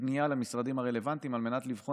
ופנייה למשרדים הרלוונטיים על מנת לבחון